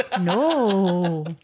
No